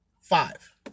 five